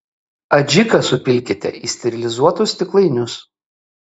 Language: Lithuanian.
adžiką supilkite į sterilizuotus stiklainius